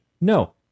No